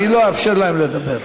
אני לא אאפשר להם לדבר.